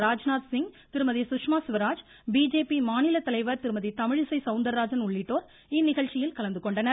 ராஜ்நாத்சிங் திருமதி சுஷ்மா சுவராஜ் பிஜேபி மாநில தலைவர் திருமதி தமிழிசை சௌந்தாராஜன் உள்ளிட்டோர் இந்நிகழ்ச்சியில் கலந்துகொண்டனர்